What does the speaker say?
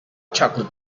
chocolate